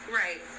right